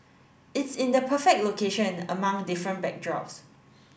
it's in the perfect location among different backdrops